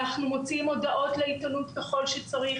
אנחנו מוציאים הודעות לעיתונות ככל שצריך,